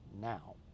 now